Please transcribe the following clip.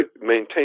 maintain